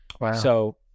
Wow